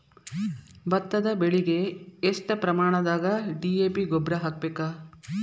ಭತ್ತದ ಬೆಳಿಗೆ ಎಷ್ಟ ಪ್ರಮಾಣದಾಗ ಡಿ.ಎ.ಪಿ ಗೊಬ್ಬರ ಹಾಕ್ಬೇಕ?